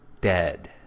dead